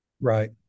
Right